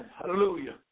Hallelujah